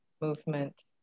movement